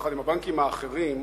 יחד עם הבנקים האחרים,